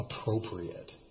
appropriate